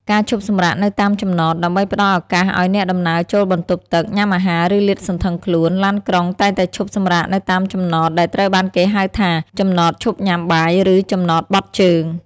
ការឈប់សម្រាកនៅតាមចំណត ដើម្បីផ្តល់ឱកាសឱ្យអ្នកដំណើរចូលបន្ទប់ទឹក ញ៉ាំអាហារ ឬលាតសន្ធឹងខ្លួន ឡានក្រុងតែងតែឈប់សម្រាកនៅតាមចំណត ដែលត្រូវបានគេហៅថា ចំណតឈប់ញ៉ាំបាយ ឬ ចំណតបត់ជើង។